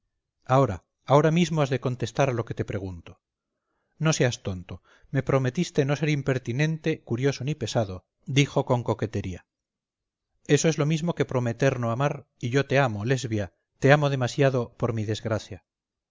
ahora ahora mismo has de contestar a lo que te pregunto no seas tonto me prometiste no ser impertinente curioso ni pesado dijo con coquetería eso es lo mismo que prometer no amar y yo te amo lesbia te amo demasiado por mi desgracia